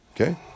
Okay